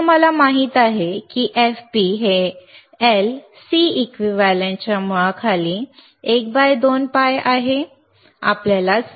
आता आम्हाला माहित आहे की fp हे L Cequivalent च्या मुळाखाली 1 बाय 2 pi आहे